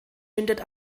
mündet